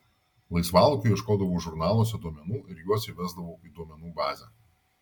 laisvalaikiu ieškodavau žurnaluose duomenų ir juos įvesdavau į duomenų bazę